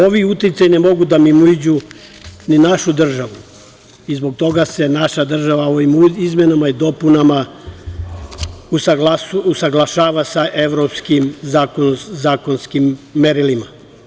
Ovi uticaji ne mogu da mimoiđu ni našu državu i zbog toga se naša država ovim izmenama i dopunama usaglašava sa evropskim zakonskim merilima.